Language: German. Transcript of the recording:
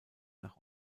nach